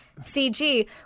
CG